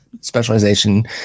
specialization